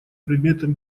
предметом